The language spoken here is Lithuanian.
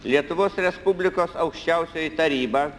lietuvos respublikos aukščiausioji taryba